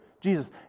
Jesus